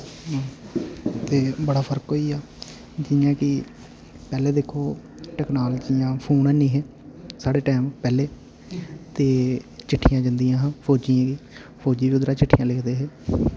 ते बड़ा फर्क होइया जि'यां कि पैह्ले दिक्खो टेक्नोलाजियां फोन हैनी हे साढ़े टैम पैह्ले ते चिट्ठियां जन्दियां हां फौजियें गी फौजी उद्धरा चिठ्ठियां लिखदे हे